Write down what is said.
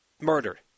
murdered